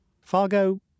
Fargo